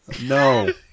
no